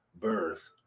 birth